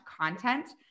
content